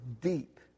deep